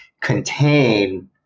contain